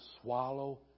swallow